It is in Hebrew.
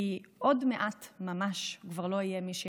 כי עוד מעט ממש כבר לא יהיה מי שיספר.